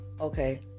Okay